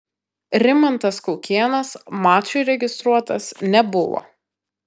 rimantas kaukėnas mačui registruotas nebuvo